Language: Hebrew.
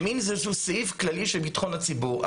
זה איזשהו סעיף כללי של ביטחון הציבור.